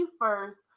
first